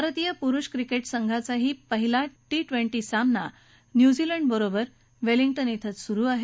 भारतीय पुरुष क्रिकेट संघाचाही पहिला टी ट्वेंटी सामना न्यूझीलंडबरोबर वेलिंग्टन शिंच सुरु आहे